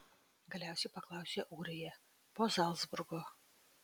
galiausiai paklausė ūrija po zalcburgo